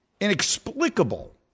inexplicable